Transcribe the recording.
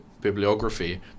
bibliography